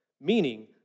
meaning